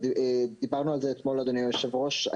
דיברנו על זה אתמול, אדוני היושב-ראש.